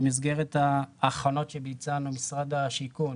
במסגרת ההכנות שביצענו משרד השיכון